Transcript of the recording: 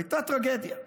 הייתה טרגדיה.